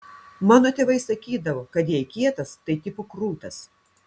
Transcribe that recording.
mano tėvai sakydavo kad jei kietas tai tipo krūtas